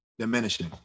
Diminishing